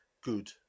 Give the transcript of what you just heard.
good